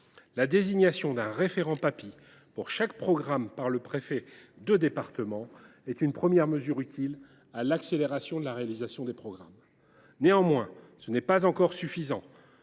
La désignation d’un référent Papi pour chaque programme par le préfet de département est une première mesure de nature à accélérer la réalisation des programmes. Néanmoins, ce n’est pas encore suffisant.